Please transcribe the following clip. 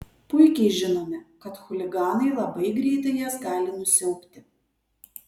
puikiai žinome kad chuliganai labai greitai jas gali nusiaubti